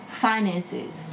finances